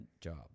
job